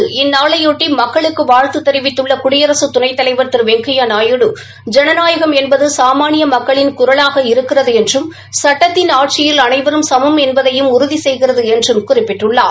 சர்வதேச இந்நாளையொட்டி மக்களுக்கு வாழ்த்து தெரிவித்துள்ள குடியரக துணைத்தலைவா திரு வெங்கையா நாயுடு ஜனநாயகம் என்பது சாமான்ய மக்களின் குரலாக இருக்கிறது என்றும் சுட்டத்தின் ஆட்சியில் அனைவரும் சமம் என்பதையும் உறுதி செய்கிறது என்று குறிப்பிட்டுள்ளார்